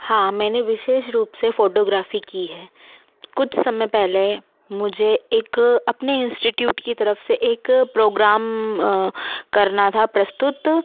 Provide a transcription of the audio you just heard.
हाँ मैंने विशेष रूप से फ़ोटोग्राफी की है कुछ समय पहले मुझे एक अपने इंस्टीट्यूट की तरफ से एक प्रोग्राम करना था प्रस्तुत